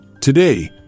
Today